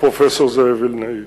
הפרופסור זאב וילנאי,